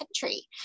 country